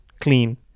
clean